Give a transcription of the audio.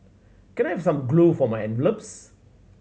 can I have some glue for my envelopes